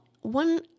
One